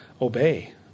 obey